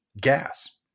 gas